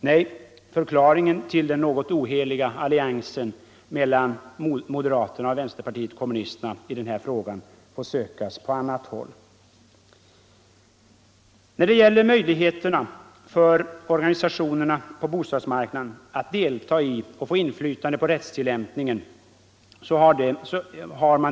Nej, förklaringen till den något oheliga alliansen mellan moderaterna och vänsterpartiet kommunisterna i den här frågan får sökas på annat håll. Av gammal tradition har organisationerna på bostadsmarknaden haft möjlighet att delta i och få inflytande på rättstillämpningen.